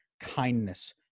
kindness